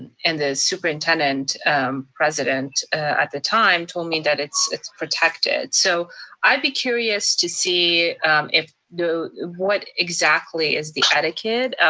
and the superintendent president at the time told me that it's it's protected. so i'd be curious to see if what exactly is the etiquette.